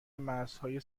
مرزهای